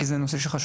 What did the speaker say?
כי זה נושא חשוב.